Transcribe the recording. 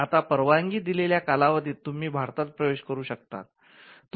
आता परवानगी दिलेल्या कालावधीत तुम्ही भारतात प्रवेश करू शकता